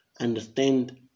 understand